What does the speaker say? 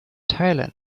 thailand